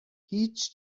هیچ